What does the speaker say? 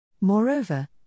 Moreover